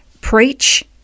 preach